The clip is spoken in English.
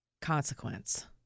consequence